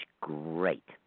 great